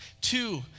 Two